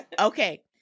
Okay